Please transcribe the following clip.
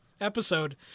episode